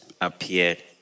appeared